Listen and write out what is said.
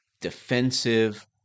defensive